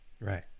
Right